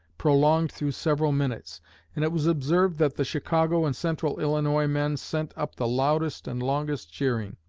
prolonged through several minutes and it was observed that the chicago and central-illinois men sent up the loudest and longest cheering.